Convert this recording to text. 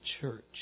church